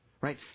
right